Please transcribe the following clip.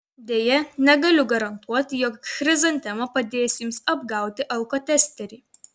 deja negaliu garantuoti jog chrizantema padės jums apgauti alkotesterį